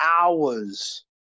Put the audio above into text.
hours